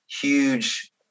huge